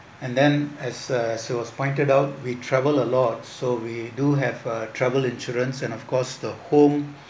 and then as uh she was pointed out we travel a lot so we do have a travel insurance and of course the home